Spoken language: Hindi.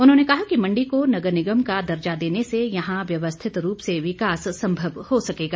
उन्होंने कहा कि मण्डी को नगर निगम का दर्जा देने से यहां व्यवस्थित रूप से विकास संभव हो सकेगा